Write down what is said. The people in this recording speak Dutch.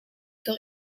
door